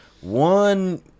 one